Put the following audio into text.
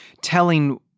telling